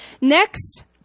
Next